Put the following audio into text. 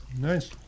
Nice